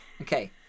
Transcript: Okay